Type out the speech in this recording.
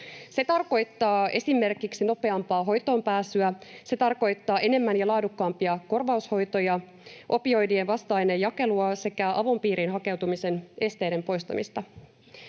Se tarkoittaa esimerkiksi nopeampaa hoitoonpääsyä. Se tarkoittaa enemmän ja laadukkaampia korvaushoitoja, opioidien vasta-ainejakelua sekä avun piiriin hakeutumisen esteiden poistamista.